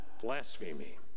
blasphemy